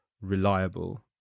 reliable